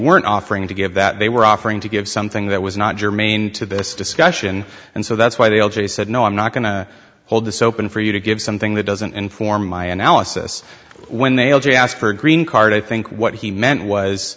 weren't offering to give that they were offering to give something that was not germane to this discussion and so that's why the l g said no i'm not going to hold this open for you to give something that doesn't inform my analysis when they ask for a green card i think what he meant was